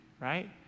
right